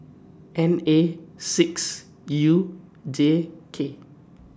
N A six U J K